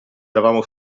eravamo